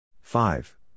five